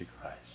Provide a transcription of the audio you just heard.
Christ